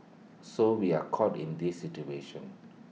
so we are caught in this situation